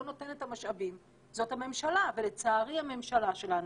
נותנת את המשאבים זאת הממשלה ולצערי הממשלה שלנו,